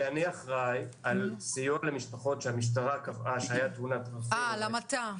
אני אחראי על סיעוד למשפחות שהמשטרה קבעה שהייתה --- על המתה.